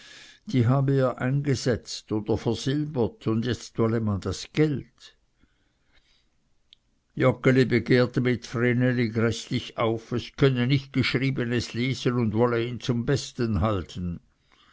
die habe er eingesetzt oder versilbert und jetzt wolle man das geld joggeli begehrte mit vreneli gräßlich auf es könne nicht geschriebenes lesen und wolle ihn zum besten halten